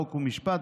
חוק ומשפט,